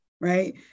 right